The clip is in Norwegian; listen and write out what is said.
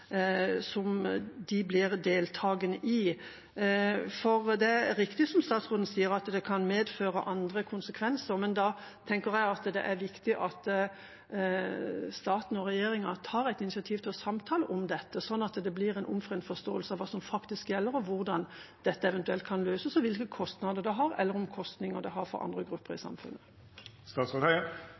som de får ta del i. Det er riktig som statsråden sier, at det kan få andre konsekvenser, men jeg tenker det er viktig at staten og regjeringa tar et initiativ til å samtale om det, slik at det blir en omforent forståelse av hva som faktisk gjelder, hvordan det eventuelt kan løses, og hvilke kostnader eller omkostninger det har for andre grupper i